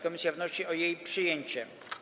Komisja wnosi o jej przyjęcie.